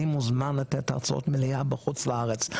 אני מוזמן לתת הרצאות מליאה בחוץ לארץ.